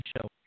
show